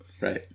Right